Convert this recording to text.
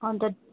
अन्त